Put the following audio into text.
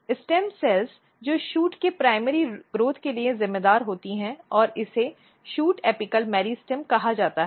stem कोशिकाएं जो shoot के प्राथमिक विकास के लिए जिम्मेदार होती हैं और इसे शूट एपिकल मेरिस्टेम कहा जाता है